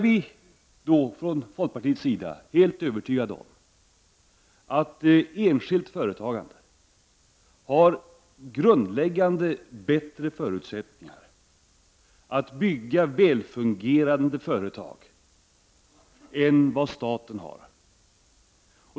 Vi är inom folkpartiet helt övertygade om att enskilt företagande i grundläggande avseenden har bättre förutsättningar att bygga välfungerande företag än vad staten har.